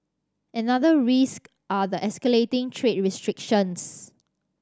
another risk are the escalating trade restrictions